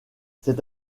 c’est